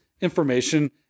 information